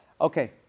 Okay